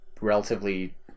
relatively